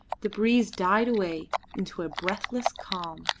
the breeze died away into a breathless calm.